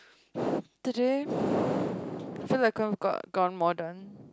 today feel like I'm got gotten more done